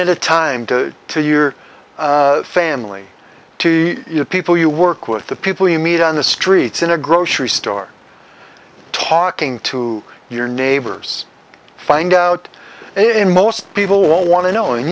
at a time to to your family to the people you work with the people you meet on the streets in a grocery store talking to your neighbors find out in most people won't want to know and